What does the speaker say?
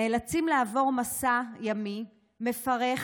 נאלצים לעבור מסע ימי מפרך,